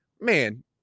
man